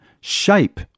shape